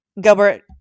Gilbert